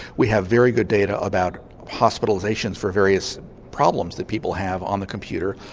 we have very good data about hospitalisations for various problems that people have on the computer.